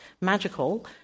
magical